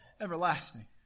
everlasting